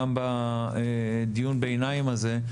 גם בדיון ביניים הזה,